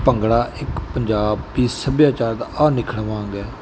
ਭੰਗੜਾ ਇੱਕ ਪੰਜਾਬੀ ਸੱਭਿਆਚਾਰ ਦਾ ਅਨਿੱਖੜਵਾਂ ਅੰਗ ਹੈ